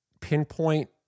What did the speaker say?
Pinpoint